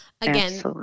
again